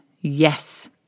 Yes